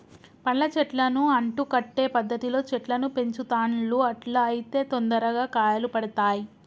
పండ్ల చెట్లను అంటు కట్టే పద్ధతిలో చెట్లను పెంచుతాండ్లు అట్లా అయితే తొందరగా కాయలు పడుతాయ్